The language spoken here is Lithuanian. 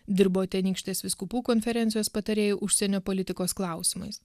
dirbo tenykštės vyskupų konferencijos patarėju užsienio politikos klausimais